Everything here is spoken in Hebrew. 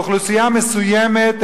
של אוכלוסייה מסוימת,